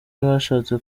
bashatse